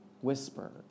whisper